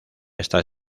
esta